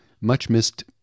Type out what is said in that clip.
much-missed